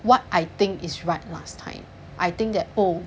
what I think is right last time I think that oh